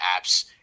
apps